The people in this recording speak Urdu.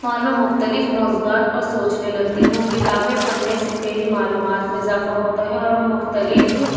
اور میں مخھتلف موضوعات پر سوچنے لگتی ہوں کتابیں پڑھنے سے میری معلومات میں اضافہ ہوتا ہے اور میں مختلف